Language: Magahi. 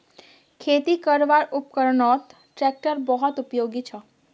खेती करवार उपकरनत ट्रेक्टर बहुत उपयोगी छोक